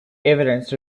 evidence